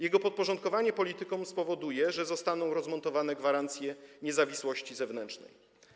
Jego podporządkowanie politykom spowoduje, że zostaną rozmontowane gwarancje niezawisłości zewnętrznej.